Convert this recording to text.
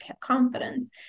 confidence